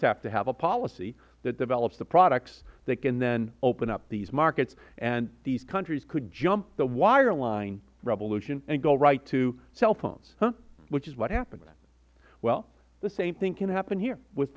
have to have a policy that develops the products that can then open up these markets and these countries could jump the wire line revolution and go right to cellphones which is what happened well the same thing can happen here with